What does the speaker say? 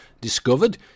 discovered